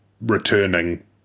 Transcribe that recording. returning